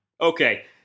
Okay